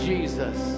Jesus